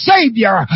Savior